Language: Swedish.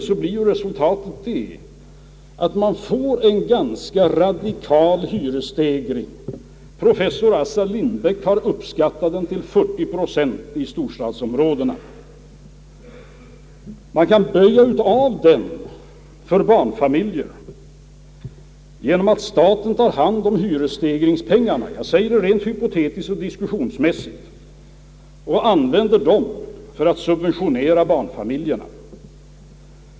Då blir resultatet att vi får en ganska radikal hyresstegring. Professor Assar Lindbäck har uppskattat den till 40 procent i storstadsområdena. Man kan böja av kostnadsstegringen för barnfamiljerna genom att staten tar hand om hyresregleringspengarna — jag säger det rent hypotetiskt och diskussionsmässigt — och använder dem för att subventionera barnfamiljerna.